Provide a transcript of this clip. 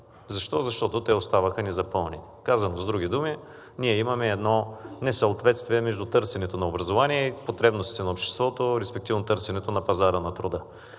Защо? Защото те оставаха незапълнени. Казано с други думи, ние имаме едно несъответствие между търсенето на образование и потребностите на обществото, респективно търсенето на пазара на труда.